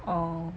oh